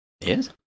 Yes